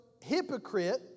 hypocrite